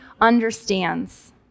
understands